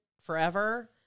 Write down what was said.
forever